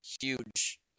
Huge